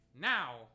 Now